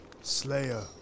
Slayer